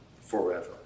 forever